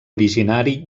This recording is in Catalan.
originari